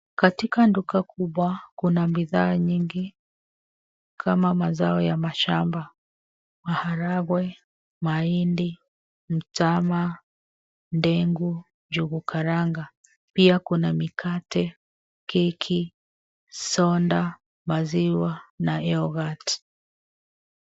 Katika duka kubwa kuna bidhaa nyingi kama mazao ya mashamba, maharagwe, mahindi, mtama, ndegu, njugu karanga. Pia kuna mikate, keki, soda, maziwa, na youghurt .